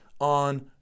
on